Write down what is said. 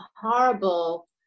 horrible